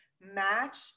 match